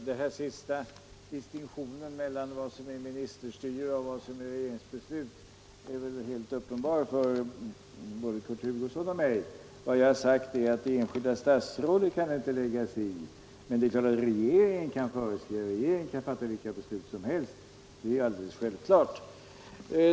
Herr talman! Distinktionen vad som är ministerstyre och vad som är regeringsbeslut är väl helt uppenbar för både Kurt Hugosson och mig. Vad jag har sagt är att det enskilda statsrådet inte kan lägga sig i detta. Men det är klart att regeringen kan fatta vilka beslut som helst — det är självklart.